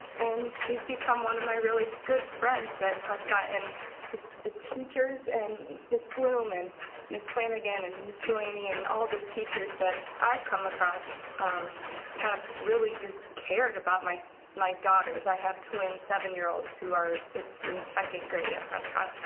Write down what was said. and she's become one of my really good friends at prescott. the the teachers and ms. blum and ms. flanagan and ms. delaney and all the teachers that i've come across have really just cared about my so my daughters. i have twin seven year olds, who are in second grade at prescott.